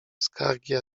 skargi